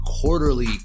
quarterly